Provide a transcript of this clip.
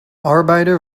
arbeider